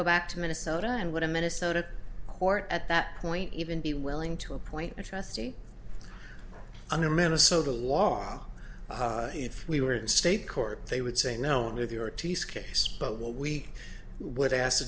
go back to minnesota and what a minnesota court at that point even be willing to appoint a trustee under minnesota law if we were in state court they would say no nuclear test case but what we would ask the